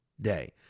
day